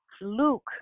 Luke